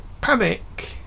panic